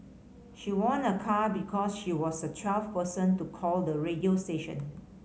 she won a car because she was the twelfth person to call the radio station